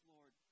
Lord